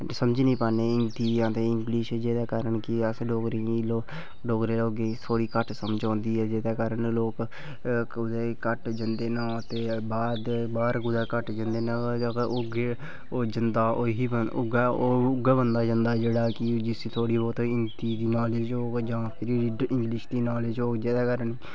समझी नेईं पान्ने हिंदी जां ते इंग्लिश जेह्दे कारण कि अस डोगरी गी लोक डोगरे लोकें गी थ्होड़ी घट्ट समझ औंदी ऐ जेह्दे कारण लोक कुतै घट्ट जंदे न ते बाह्र बाह्र कुतै घट्ट जंदे न ओह् जैदा उ'ऐ ओह् जंदा कि उ'ऐ ओह् उ'ऐ बंदा जंदा जेह्ड़ा कि जिसी थोह्ड़ी बहुत हिंदी दी नालेज होऐ जां फ्ही ई इंग्लिश दी नालेज होग जेह्दे कारण